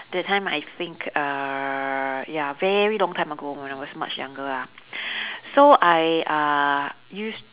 that time I think err ya very long time ago when I was much younger ah so I uh used